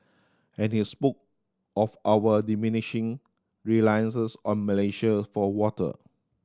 and he spoke of our diminishing reliance on Malaysia for water